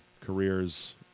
careers –